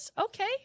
Okay